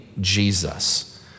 Jesus